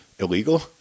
Illegal